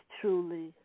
truly